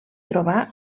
trobar